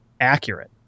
accurate